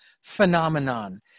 phenomenon